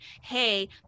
Hey